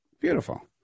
Beautiful